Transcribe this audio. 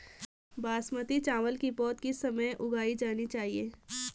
बासमती चावल की पौध किस समय उगाई जानी चाहिये?